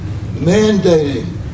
mandating